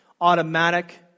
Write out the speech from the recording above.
automatic